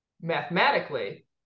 mathematically